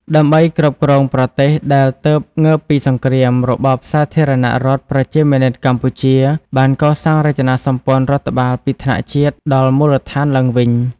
ដើម្បីគ្រប់គ្រងប្រទេសដែលទើបងើបពីសង្គ្រាម របបសាធារណរដ្ឋប្រជាមានិតកម្ពុជា បានកសាងរចនាសម្ព័ន្ធរដ្ឋបាលពីថ្នាក់ជាតិដល់មូលដ្ឋានឡើងវិញ។